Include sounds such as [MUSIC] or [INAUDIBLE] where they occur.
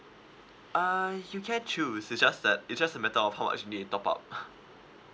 err you can choose it's just that it's just a matter of how much you need to top up [LAUGHS]